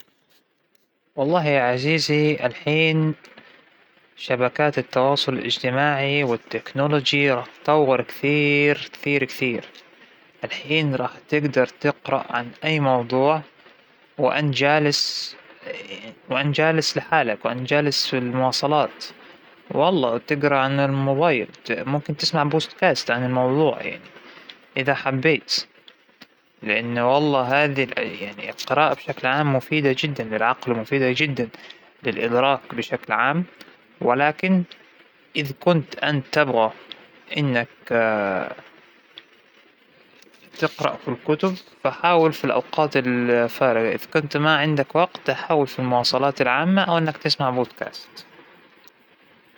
انت لو بديت تقرأ كل يوم كل يوم قبل لتنام ربع ساعة بس ربع ساعة، راح تكون هذى عادة عندك كل يوم راح تزيد الربع ساعة بدها تصيرثلث ساعة، ثلث ساعة بتوصل نص ساعة، إذا الشيء صار عادة بعدين تقدر تتحكم في مدتها بس إنك تبدأ.